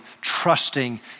trusting